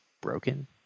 broken